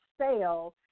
sale